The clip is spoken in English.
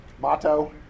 motto